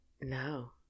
No